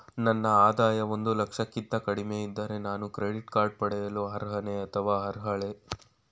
ನನ್ನ ಆದಾಯ ಒಂದು ಲಕ್ಷಕ್ಕಿಂತ ಕಡಿಮೆ ಇದ್ದರೆ ನಾನು ಕ್ರೆಡಿಟ್ ಕಾರ್ಡ್ ಪಡೆಯಲು ಅರ್ಹನೇ ಅಥವಾ ಅರ್ಹಳೆ?